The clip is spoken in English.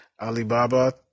Alibaba